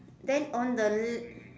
then on the le~